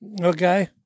Okay